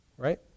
right